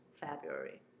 February